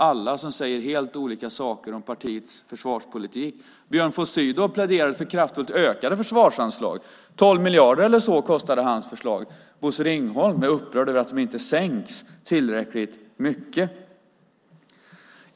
Alla säger helt olika saker om partiets försvarspolitik. Björn von Sydow pläderade för kraftigt ökade försvarsanslag - 12 miljarder eller något sådant kostade hans förslag. Bosse Ringholm är upprörd över att de inte sänks tillräckligt mycket.